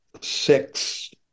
six